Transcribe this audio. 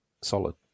solid